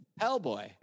Hellboy